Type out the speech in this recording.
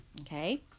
Okay